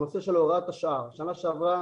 הנושא של הוראת השעה בשנה שעברה